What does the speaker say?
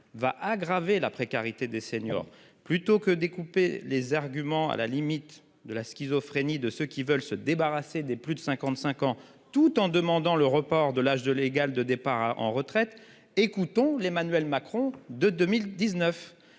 va aggraver la précarité des seniors plutôt que découper les arguments à la limite de la schizophrénie de ceux qui veulent se débarrasser des plus de 55 ans, tout en demandant le report de l'âge de légal de départ en retraite. Écoutons l'Emmanuel Macron de 2019.